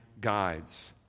guides